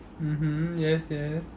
mmhmm yes yes